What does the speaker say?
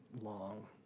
long